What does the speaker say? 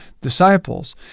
disciples